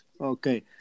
Okay